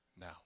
now